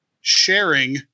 sharing